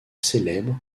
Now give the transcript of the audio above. célèbre